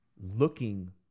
looking